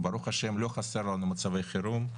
וברוך השם לא חסרים לנו מצבי חירום,